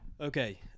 Okay